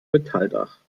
metalldach